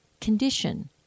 condition